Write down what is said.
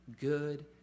good